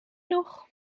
nog